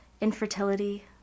infertility